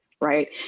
right